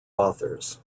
authors